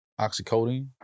oxycodone